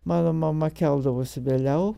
mano mama keldavosi vėliau